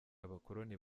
abakoloni